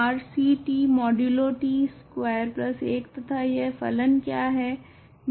R C t modulo t square 1 तथा यह फलन क्या है